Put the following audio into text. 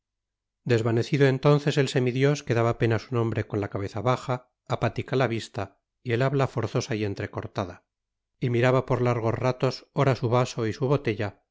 desvanecido entonces el semi dios quedaba apenas un hombre con la cabeza baja apática la vista y el habla forzosa y entrecortada y miraba por largos ratos ora su vaso y su botella